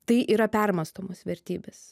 tai yra permąstomos vertybės